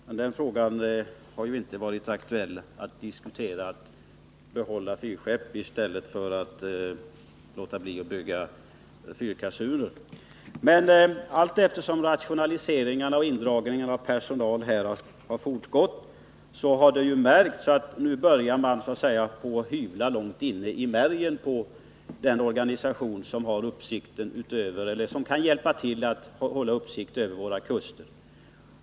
Men det har ju inte varit aktuellt att diskutera frågan om vi skall behålla fyrskeppen i stället och låta bli att bygga fyrkassunerna. Men allteftersom rationaliseringarna och indragningarna av personal har fortgått har det märkts att nu börjar man så att säga hyvla långt inne i märgen på den organisation som kan hjälpa till att hålla uppsikt över våra kuster.